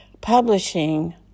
publishing